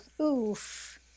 Oof